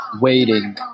waiting